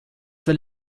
will